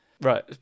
Right